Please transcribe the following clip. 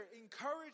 encourage